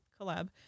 collab